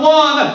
one